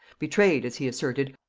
betrayed, as he asserted,